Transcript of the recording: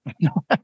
No